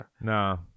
No